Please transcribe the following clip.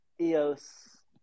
EOS